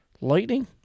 Lightning